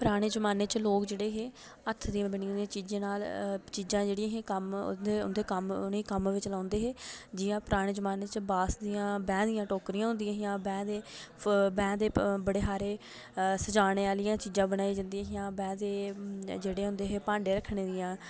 पराने जमाने च लोक जेह्ड़े हे हत्थ दियें बनी दियें चीजें नाल चीजां जेह्ड़ियां हियां कम्म उंदे कम्म उनें ई कम्म बिच लांदे हे जि'यां पराने जमाने च बास दियां बैंह् दियां टोकरियां होंदियां हियां बैंह् दे बड़े हारे सजाने आह्लियां चीजां बनाई जंदियां हियां बैंह् दे जेह्ड़े होंदे हे भांडे रक्खने दे